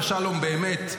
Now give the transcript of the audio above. ושלום באמת,